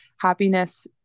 Happiness